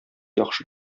яхшы